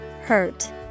Hurt